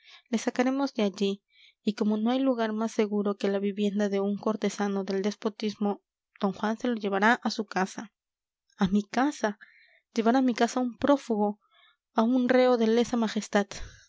le sacaremos de allí y como no hay lugar más seguro que la vivienda de un cortesano del despotismo d juan se lo llevará a su casa a mi casa llevar a mi casa a un prófugo a un reo de lesa majestad